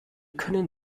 können